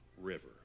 river